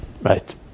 right